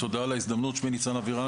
שמי ניצן אבירן,